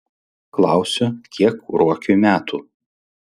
klausiu kiek ruokiui metų